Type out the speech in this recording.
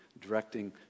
directing